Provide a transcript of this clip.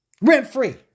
rent-free